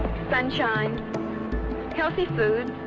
sunshine healthy foods,